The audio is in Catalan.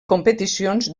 competicions